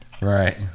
Right